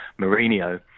Mourinho